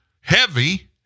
heavy